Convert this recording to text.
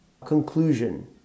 conclusion